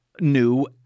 new